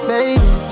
Baby